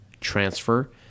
transfer